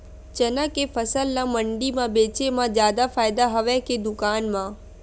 चना के फसल ल मंडी म बेचे म जादा फ़ायदा हवय के दुकान म?